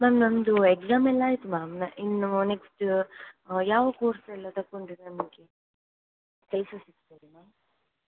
ma'am ನನ್ನದು exam ಎಲ್ಲ ಆಯಿತು ಮ್ಯಾಮ್ ಇನ್ನು ನೆಕ್ಸ್ಟ್ ಯಾವ ಕೋರ್ಸ್ ಎಲ್ಲ ತಗೊಂಡ್ರೆ ನಮಗೆ ಕೆಲಸ ಸಿಕ್ತದೆ ಮ್ಯಾಮ್